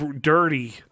dirty